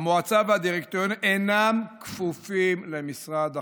שהמועצה והדירקטוריון אינם כפופים למשרד החינוך.